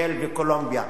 ייל וקולומביה,